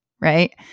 right